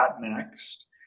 next